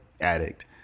addict